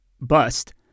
bust